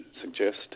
suggest